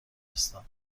زمستان